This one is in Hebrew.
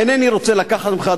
אינני רוצה לקחת ממך,